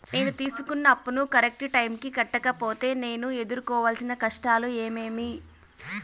నేను తీసుకున్న అప్పును కరెక్టు టైముకి కట్టకపోతే నేను ఎదురుకోవాల్సిన కష్టాలు ఏమీమి?